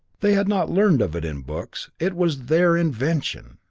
they had not learned of it in books, it was their invention!